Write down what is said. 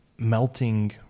melting